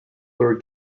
their